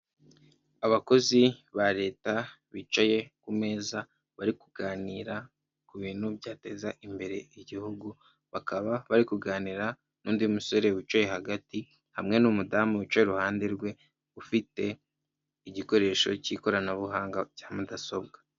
Abakozi ba leta bicaye ku meza, bari kuganira ku bintu byateza imbere igihugu, bakaba bari kuganira n'undi musore wicaye hagati hamwe n'umudamu wicaye iruhande rwe, ufite igikoresho cy'ikoranabuhanga cya mudasobwa.